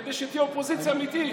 כדי שתהיה אופוזיציה אמיתית.